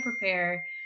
prepare